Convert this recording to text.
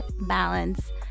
balance